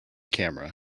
camera